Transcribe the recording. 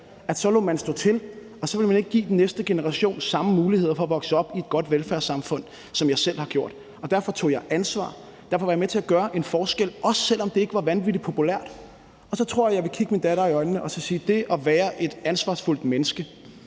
man lade stå til, og så ville man ikke give den næste generation de samme muligheder for at vokse op i et godt velfærdssamfund, som jeg selv har haft. Derfor tog jeg ansvar, og derfor var jeg med til at gøre en forskel, også selv om det ikke var vanvittig populært. Og så tror jeg, at jeg vil kigge min datter i øjnene og sige, at det at være et ansvarsfuldt menneske